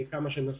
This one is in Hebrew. קודם כול,